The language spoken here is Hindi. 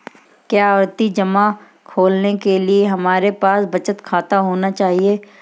क्या आवर्ती जमा खोलने के लिए हमारे पास बचत खाता होना चाहिए?